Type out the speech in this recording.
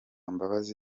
mbabazi